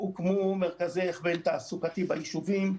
הוקמו מרכזי הכוון תעסוקתיים ביישובים.